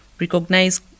recognize